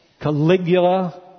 Caligula